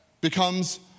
becomes